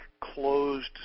closed